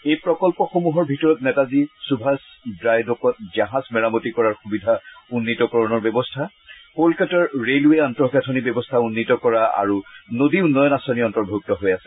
এই প্ৰকল্পসমূহৰ ভিতৰত নেতাজী সুভাষ ড়াই দকত জাহাজ মেৰামতি কৰাৰ সুবিধা উন্নীতকৰণৰ ব্যৱস্থা কলকাতাৰ ৰেলৱে আন্তঃগাথনি ব্যৱস্থা উন্নিত কৰা আৰু নদী উন্নয়ন আঁচনি আন্তৰ্ভূক্ত হৈ আছে